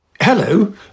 Hello